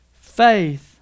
Faith